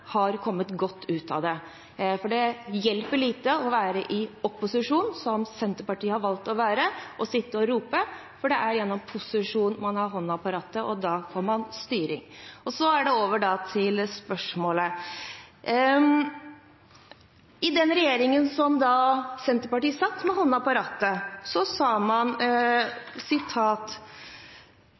har kommet godt ut av det, for det hjelper lite å være i opposisjon, som Senterpartiet har valgt å være, og sitte og rope. Det er i posisjon man har hånda på rattet, og da får man styring. Over til spørsmålet: I den regjeringen der Senterpartiet satt med hånda på rattet, sa man